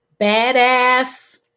badass